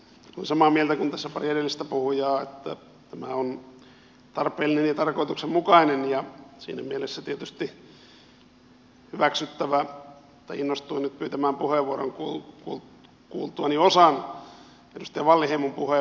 olen samaa mieltä kuin tässä pari edellistä puhujaa että tämä on tarpeellinen ja tarkoituksenmukainen ja siinä mielessä tietysti hyväksyttävä mutta innostuin nyt pyytämään puheenvuoron kuultuani osan edustaja wallinheimon puheenvuorosta